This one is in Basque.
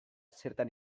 zertan